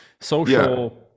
social